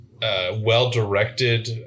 well-directed